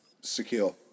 secure